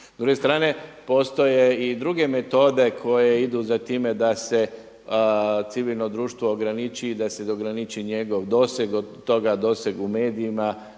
S druge strane postoje i druge metode koje idu za time da se civilno društvo ograniči i da se ograniči njegov doseg od toga doseg u medijima,